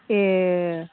ए